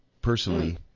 personally